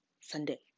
sunday